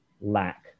lack